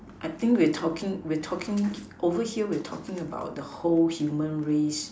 I think we're talking we're talking over here we're talking about the whole human race